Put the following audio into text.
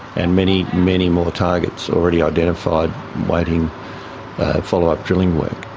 and many, many more targets already identified waiting follow-up drilling work.